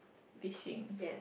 fishing